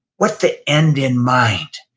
what's the end in mind?